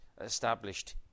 established